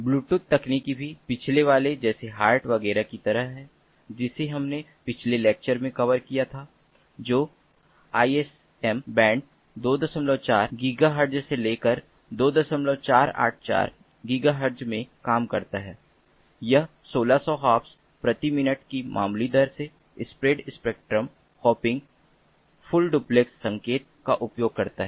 Bluetooth तकनीक भी पिछले वाले जैसे हार्ट वगैरह की तरह है जिसे हमने पिछले लेक्चर में कवर किया था जो I S M band 24 gigahertz से लेकर 2484 गीगाहर्ट्ज़ में काम करता है यह 1600 हाॅप्स प्रति मिनट की मामूली दर से spread spectrum hopping full duplex संकेत का उपयोग करता है